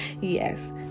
Yes